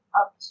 up